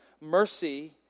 mercy